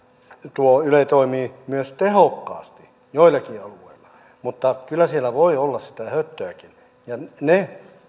tuo yle toimii myös tehokkaasti joillakin alueilla mutta kyllä siellä voi olla sitä höttöäkin se